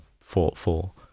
thoughtful